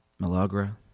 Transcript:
Malagra